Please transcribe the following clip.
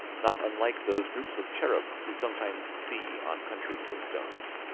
not unlike those groups of cherubs we sometimes see on country tombstones.